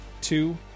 two